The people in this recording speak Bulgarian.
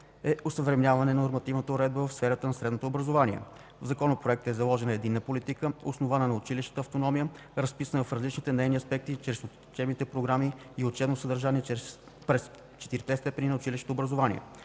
е осъвременяване на нормативната уредба в сферата на средното образование. В Законопроекта е заложена единна политика, основана на училищната автономия, разписана в различни нейни аспекти чрез учебните програми и учебното съдържание през четирите степени на училищното образование.